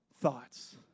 thoughts